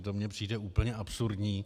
To mně přijde úplně absurdní.